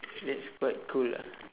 that's quite cool ah